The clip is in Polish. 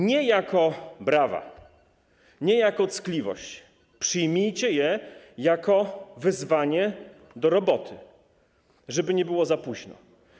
Nie jako brawa, nie jako ckliwość - przyjmijcie je jako wezwanie do roboty, żeby nie było za późno.